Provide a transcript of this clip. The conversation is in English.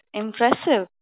impressive